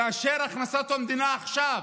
כאשר הכנסת המדינה עכשיו,